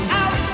out